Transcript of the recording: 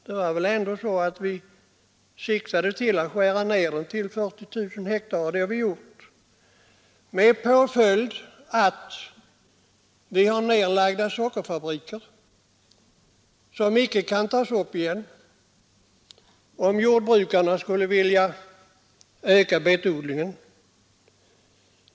Det var väl ändå så att vi siktade till att skära ned den till 40 000 ha, och det har vi gjort med påföljd att sockerfabriker nedlagts och nu icke kan ta upp verksamheten igen, om jordbrukarna skulle vilja öka betodlingen.